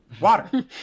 Water